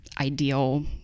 ideal